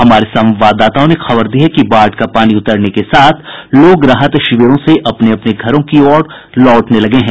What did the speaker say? हमारे संवाददाताओं ने खबर दी है कि बाढ़ का पानी उतरने के साथ लोग राहत शिविरों से अपने अपने घरों की ओर लौटने लगे हैं